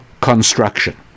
construction